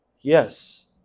Yes